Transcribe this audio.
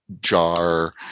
jar